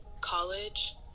college